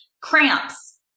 Cramps